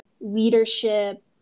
Leadership